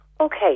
Okay